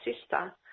sister